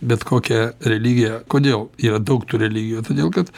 bet kokią religiją kodėl yra daug tų religijų todėl kad